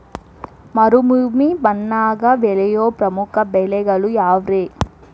ಮರುಭೂಮಿ ಮಣ್ಣಾಗ ಬೆಳೆಯೋ ಪ್ರಮುಖ ಬೆಳೆಗಳು ಯಾವ್ರೇ?